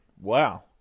wow